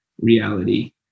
reality